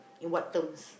in what terms